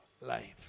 Life